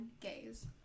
Gays